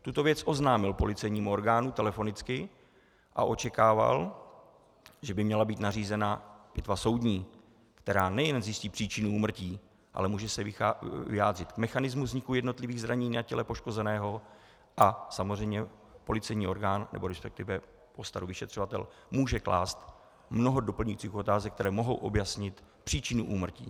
Tuto věc telefonicky oznámil policejnímu orgánu a očekával, že by měla být nařízena soudní pitva, která nejen zjistí příčinu úmrtí, ale může se vyjádřit k mechanismu vzniku jednotlivých zranění na těle poškozeného, a samozřejmě policejní orgán, nebo resp. postaru vyšetřovatel, může klást mnoho doplňujících otázek, které mohou objasnit příčinu úmrtí.